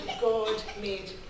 God-made